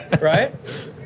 Right